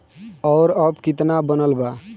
और अब कितना बनल बा?